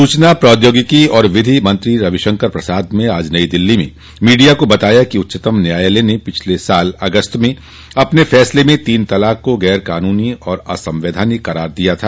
सूचना प्रौद्योगिकी और विधि मंत्री रविशंकर प्रसाद ने आज नई दिल्ली में मीडिया को बताया कि उच्चतम न्यायालय ने पिछले साल अगस्त में अपने फैसले में तीन तलाक को गैर कानूनी और असंवैधानिक करार दिया था